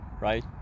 right